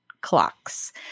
clocks